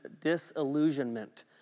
disillusionment